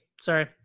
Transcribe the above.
Sorry